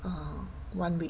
err one week